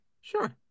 Sure